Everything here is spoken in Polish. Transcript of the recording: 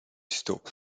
stóp